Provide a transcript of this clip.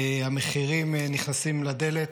המחירים נכנסים לדלת.